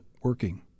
working